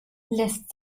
lässt